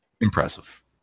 impressive